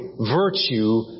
virtue